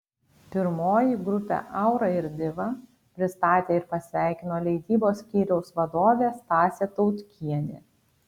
pirmoji grupę aura ir diva pristatė ir pasveikino leidybos skyriaus vadovė stasė tautkienė